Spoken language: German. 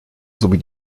sowie